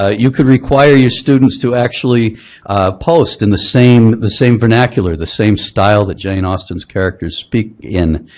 ah you could require your students to actually post in the same in the same vernacular, the same style that jane austen's characters speak in.